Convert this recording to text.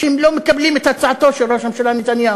שהם לא מקבלים את הצעתו של ראש הממשלה נתניהו,